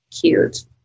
cute